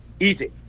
easy